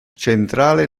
centrale